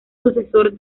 sucesor